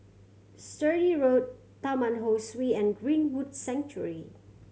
Sturdee Road Taman Ho Swee and Greenwood Sanctuary